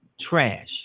trash